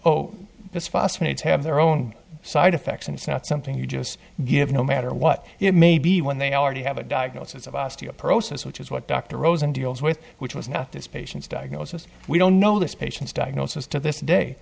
bisphosphonates have their own side effects and it's not something you just give no matter what it may be when they already have a diagnosis of osteoporosis which is what dr rosen deals with which was not this patient's diagnosis we don't know this patient's diagnosis to this day